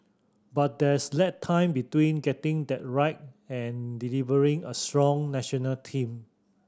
but there's lag time between getting that right and delivering a strong national team